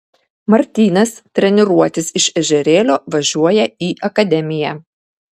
martynas treniruotis iš ežerėlio važiuoja į akademiją